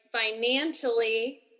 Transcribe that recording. financially